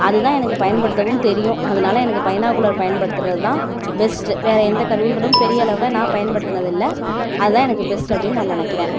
அதுதான் எனக்கு பயன்படுத்தவும் தெரியும் அதனால எனக்கு பைனாகுலர் பயன்படுத்துகிறதுதான் பெஸ்ட்டு வேறு எந்த கருவிகளும் பெரிய அளவில் நான் பயன்படுத்தினது இல்லை அதுதான் எனக்கு பெஸ்ட் அப்படின் நான் நினக்கிறேன்